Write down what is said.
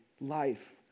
life